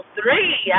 three